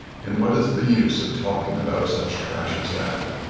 and what is the use of talking about such trash as that?